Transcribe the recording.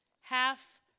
Half